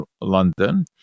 London